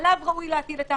עליו ראוי להטיל את האחריות.